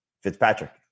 Fitzpatrick